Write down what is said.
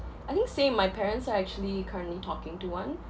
I think same my parents are actually currently talking to one